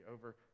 over